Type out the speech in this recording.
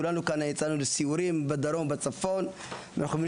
יצאנו לסיורים בצפון ובדרום ואנחנו מבינים